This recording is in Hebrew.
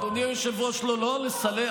אדוני היושב-ראש, לא לסלף.